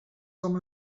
com